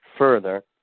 Further